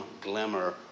glimmer